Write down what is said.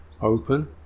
open